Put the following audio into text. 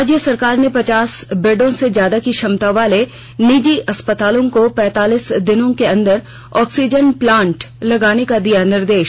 राज्य सरकार ने पचास बेडों से ज्यादा की क्षमता वाले सभी निजी अस्पतालों को पैंतालीस दिनों के अन्दर ऑक्सीजन प्लांट लगाने का दिया निर्देश